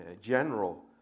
General